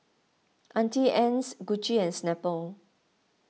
Auntie Anne's Gucci and Snapple